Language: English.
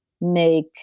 make